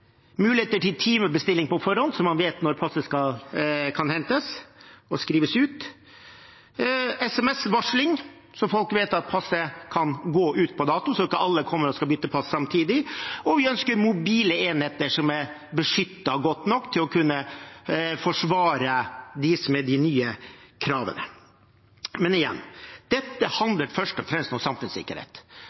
muligheter til timebestilling på forhånd, så man vet når passet kan hentes og skrives ut, sms-varsling, så folk vet at passet kan gå ut på dato, slik at ikke alle kommer og skal bytte pass samtidig, og vi ønsker mobile enheter som er beskyttet godt nok til å kunne forsvare de nye kravene. Men igjen: Dette handler først og fremst om samfunnssikkerhet,